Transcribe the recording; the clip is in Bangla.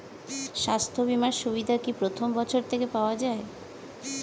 স্বাস্থ্য বীমার সুবিধা কি প্রথম বছর থেকে পাওয়া যায়?